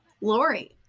Lori